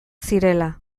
zirela